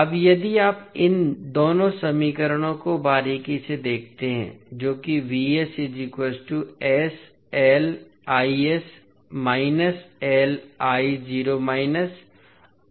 अब यदि आप इन दोनों समीकरणों को बारीकी से देखते हैं जो कि है और है